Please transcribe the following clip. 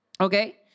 Okay